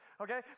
okay